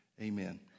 Amen